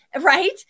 right